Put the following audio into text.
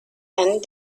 and